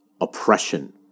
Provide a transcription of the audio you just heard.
oppression